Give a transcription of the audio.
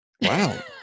wow